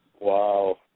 Wow